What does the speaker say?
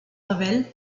revel